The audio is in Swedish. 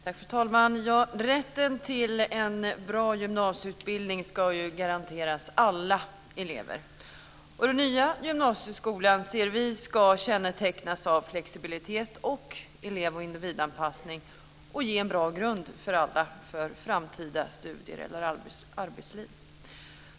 Fru talman! Rätten till en bra gymnasieutbildning ska garanteras alla elever. Den nya gymnasieskolan ska, enligt vår uppfattning, kännetecknas av flexibilitet och elev och individanpassning. Den ska ge en bra grund för alla inför framtida studier eller arbetsliv.